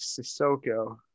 Sissoko